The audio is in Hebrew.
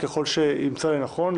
ככל שימצא לנכון,